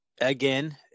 again